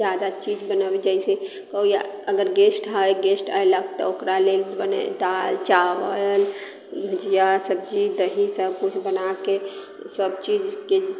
ज्यादा चीज बनायल जाइत छै कोइ अगर गेस्ट हइ गेस्ट अयलक तऽ ओकरा लेल मने दालि चावल भुजिया सब्जी दही सभकिछु बना कऽ सभचीजके